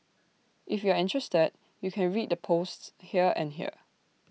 if you're interested you can read the posts here and here